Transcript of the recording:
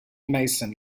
mason